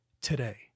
today